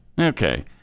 Okay